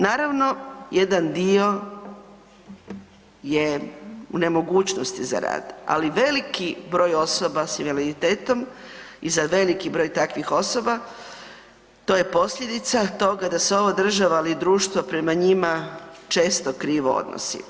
Naravno, jedan dio je u nemogućnosti za rad ali veliki broj osoba sa invaliditetom i za veliki broj takvih osoba, to je posljedica toga da se ova država ali i društvo prema njima često krivo odnose.